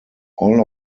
all